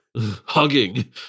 hugging